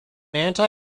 anti